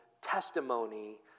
testimony